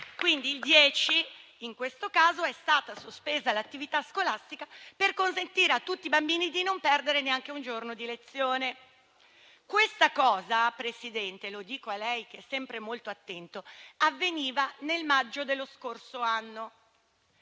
caso il 10 aprile, dunque, è stata sospesa l'attività scolastica per consentire a tutti i bambini di non perdere neanche un giorno di lezione. Questo, signor Presidente - lo dico a lei che è sempre molto attento - avveniva nel maggio dello scorso anno.